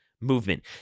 movement